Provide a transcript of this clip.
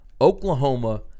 Oklahoma